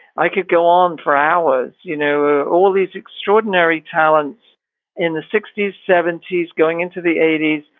i could go on for hours. you know, ah all these extraordinary talents in the sixty s, seventy s, going into the eighty s,